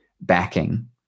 backing